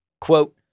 Quote